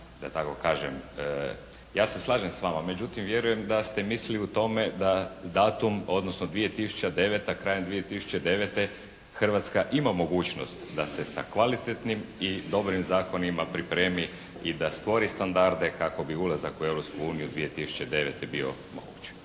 ja se slažem s vama, međutim vjerujem da ste mislili u tome da datum odnosno 2009., krajem 2009. Hrvatska ima mogućnost da se sa kvalitetnim i dobrim zakonima pripremi i da stvori standarde kako bi ulazak u Europsku uniju 2009. bio moguć.